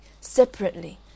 separately